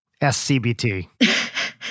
SCBT